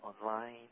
online